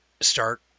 start